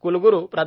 कुलगुरू प्रो